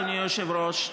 אדוני היושב-ראש,